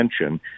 attention